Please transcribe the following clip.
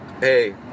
hey